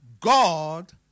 God